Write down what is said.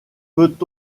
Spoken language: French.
peut